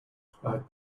have